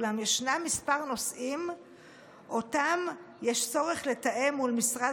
אולם ישנם כמה נושאים שיש צורך לתאם מול משרד